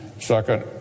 second